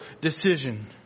decision